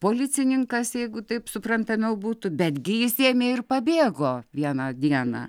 policininkas jeigu taip suprantamiau būtų betgi jis ėmė ir pabėgo vieną dieną